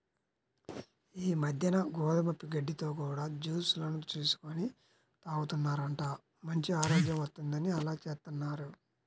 ఈ మద్దెన గోధుమ గడ్డితో కూడా జూస్ లను చేసుకొని తాగుతున్నారంట, మంచి ఆరోగ్యం వత్తందని అలా జేత్తన్నారు